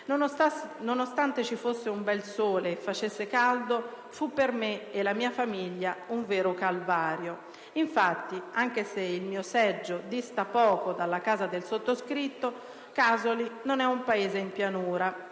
nonostante ci fosse un bel sole e facesse caldo, fu, per me e la mia famiglia, un vero calvario. Infatti, anche se il mio seggio dista poco dalla casa del sottoscritto, Casoli non è un paese in pianura;